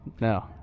no